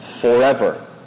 forever